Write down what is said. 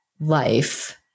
life